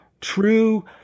true